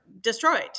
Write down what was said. destroyed